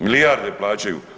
Milijarde plaćaju.